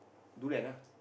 durian ah